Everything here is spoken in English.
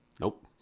Nope